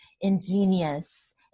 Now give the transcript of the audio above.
ingenious